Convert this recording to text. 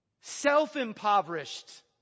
self-impoverished